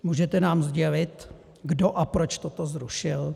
Můžete nám sdělit, kdo a proč toto zrušil?